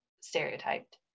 stereotyped